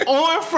on